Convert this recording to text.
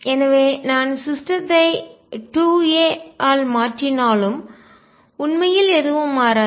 எனவே நான் சிஸ்டத்தை அமைப்புகள் 2 a ஆல் மாற்றினாலும் உண்மையில் எதுவும் மாறாது